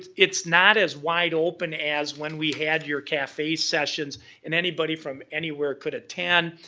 it's not as wide open as when we had your cafe sessions and anybody from anywhere could attend,